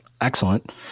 excellent